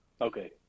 Okay